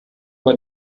war